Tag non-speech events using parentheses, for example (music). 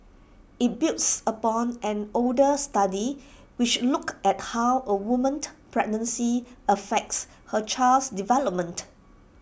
IT builds upon an older study which looked at how A woman (unintelligible) pregnancy affects her child's development